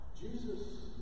Jesus